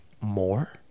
more